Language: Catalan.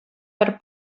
per